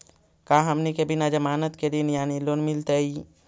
का हमनी के बिना जमानत के ऋण यानी लोन मिलतई?